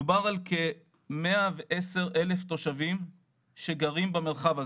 מדובר על כ-110,000 תושבים שגרים במרחב הזה,